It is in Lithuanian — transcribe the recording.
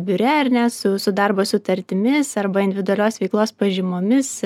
biure ar ne su su darbo sutartimis arba individualios veiklos pažymomis